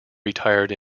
retired